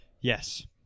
Yes